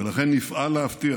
ולכן נפעל להבטיח